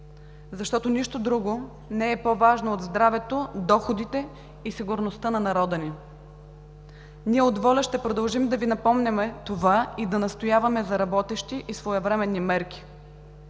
защото нищо друго не е по-важно от здравето, доходите и сигурността на народа ни. Ние от ВОЛЯ ще продължим да Ви напомняме това и да настояваме за работещи и своевременни мерки.